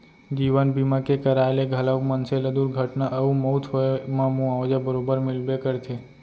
जीवन बीमा के कराय ले घलौक मनसे ल दुरघटना अउ मउत होए म मुवाजा बरोबर मिलबे करथे